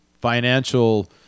financial